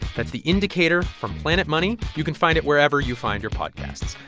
that's the indicator from planet money. you can find it wherever you find your podcasts.